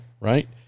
right